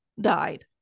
died